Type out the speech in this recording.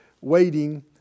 waiting